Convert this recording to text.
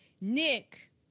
Nick